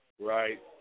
right